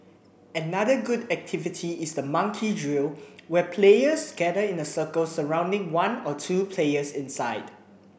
another good activity is the monkey drill where players gather in a circle surrounding one or two players inside